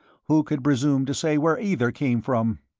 who could presume to say where either came from?